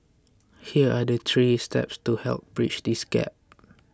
here are the three steps to help bridge this gap